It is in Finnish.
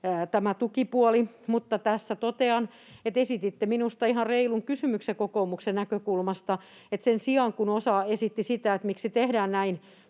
tämä tukipuoli, mutta tässä totean, että esititte minusta ihan reilun kysymyksen kokoomuksen näkökulmasta. Sen sijaan, kun osa kysyi sitä, miksi tehdään näin